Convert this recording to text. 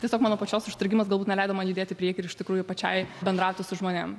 tiesiog mano pačios užstrigimas galbūt neleido man judėti į priekį ir iš tikrųjų pačiai bendrauti su žmonėm